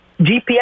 GPS